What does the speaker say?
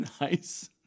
Nice